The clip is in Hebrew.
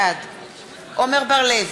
בעד עמר בר-לב,